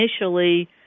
initially